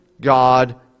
God